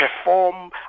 perform